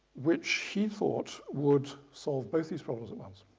which he thought would solve both these problems at once,